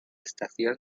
estación